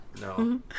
No